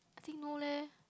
I think no leh